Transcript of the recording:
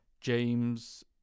James